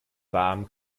warm